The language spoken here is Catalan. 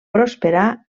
prosperar